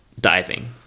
diving